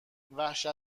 وحشت